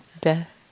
Death